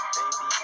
Baby